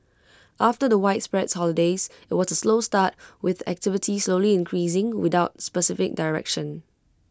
after the widespread holidays IT was A slow start with activity slowly increasing without specific direction